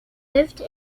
lived